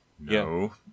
No